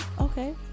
Okay